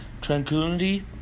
Tranquility